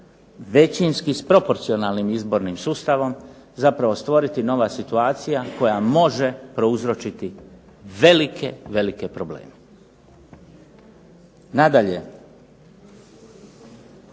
većinskim s proporcionalnim izbornim sustavom zapravo stvoriti nova situacija koja može prouzročiti velike probleme. Nadalje